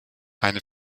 eine